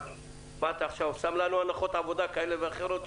מה, אתה שם לנו הנחות עבודה שגויות כאלה ואחרות?